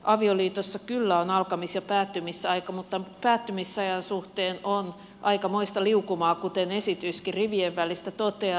avioliitossa kyllä on alkamis ja päättymisaika mutta päättymisajan suhteen on aikamoista liukumaa kuten esityskin rivien välistä toteaa